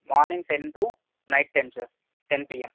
morning ten to night ten sir ten pm